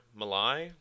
Malai